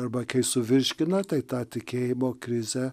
arba kai suvirškina tai tą tikėjimo krizę